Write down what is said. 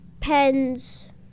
pens